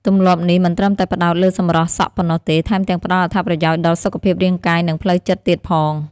ទម្លាប់នេះមិនត្រឹមតែផ្តោតលើសម្រស់សក់ប៉ុណ្ណោះទេ ថែមទាំងផ្តល់អត្ថប្រយោជន៍ដល់សុខភាពរាងកាយ និងផ្លូវចិត្តទៀតផង។